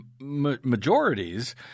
majorities